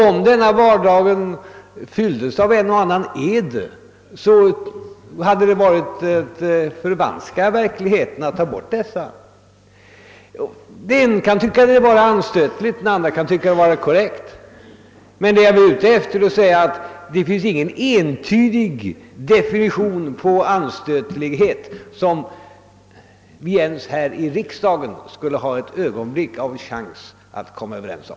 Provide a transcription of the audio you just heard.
Om denna vardag fylldes av en och annan ed, hade det varit att förvanska verkligheten att ta bort dessa svordomar. Den ene kan tycka detta vara anstötligt, den andre kan tycka det vara korrekt. Det finns ingen entydig definition på anstötlighet vilken vi ens här i riksdagen skulle ha chans att komma överens om.